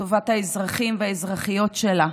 לטובת האזרחים והאזרחיות שלה?